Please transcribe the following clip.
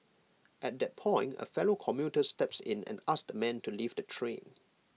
at that point A fellow commuter steps in and asks the man to leave the train